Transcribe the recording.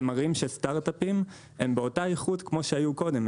שמראים שסטארט-אפים הם באותה איכות כמו שהיו קודם.